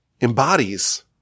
embodies